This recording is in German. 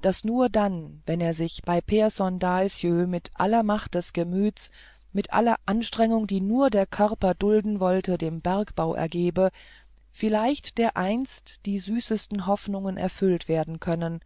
daß nur dann wenn er sich bei pehrson dahlsjö mit aller macht des gemüts mit aller anstrengung die nur der körper dulden wolle dem bergbau ergebe vielleicht dereinst die süßesten hoffnungen erfüllt werden könnten